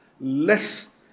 less